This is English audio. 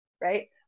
right